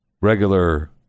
regular